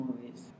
movies